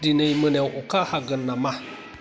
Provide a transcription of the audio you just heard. दिनै मोनायाव अखा हागोन नामा